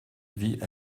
vit